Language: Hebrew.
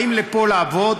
באים לפה לעבוד,